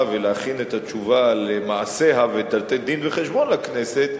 ולהכין את התשובה למעשיה ולתת דין-וחשבון לכנסת,